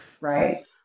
Right